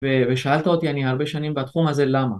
ושאלת אותי אני הרבה שנים בתחום הזה למה